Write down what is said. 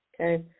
okay